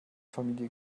familie